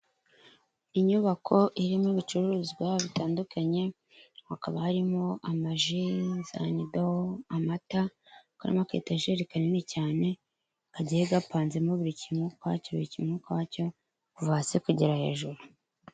Inyubako irimo ibicuruzwa bitandukanye, hakaba harimo ama ji, za nido, amata, karimo ka etajeri nini cyane, kagiye gapanzemo buri kintu ukwacyo, buri kintu ukwacyo, kuva hasi kugera hejuru.